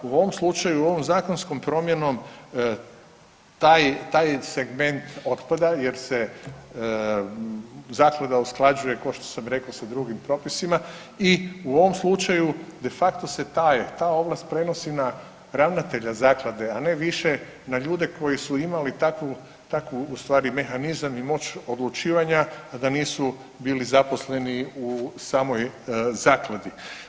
U ovom slučaju ovom zakonskom promjenom taj segment otpada jer se zaklada usklađuje kao što sam rekao sa drugim propisima i u ovom slučaju de facto se ta ovlast prenosi na ravnatelja zaklade, a ne više na ljude koji su imali takvu, takvu u stvari mehanizam i moć odlučivanja, a da nisu bili zaposleni u samoj zakladi.